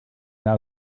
now